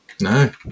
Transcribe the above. No